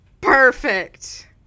perfect